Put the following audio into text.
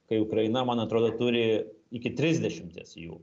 kai ukraina man atrodo turi iki trisdešimties jų